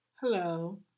Hello